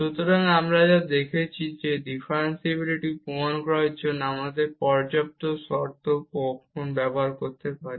সুতরাং আমরা যা দেখেছি যে ডিফারেনশিবিলিটি প্রমাণ করার জন্য হয় আমরা পর্যাপ্ত শর্ত ব্যবহার করতে পারি